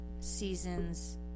seasons